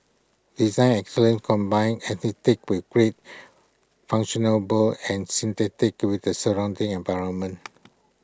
design excellence combines aesthetics with great function noble and synthesis with the surrounding environment